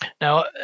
now